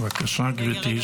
בבקשה, גברתי.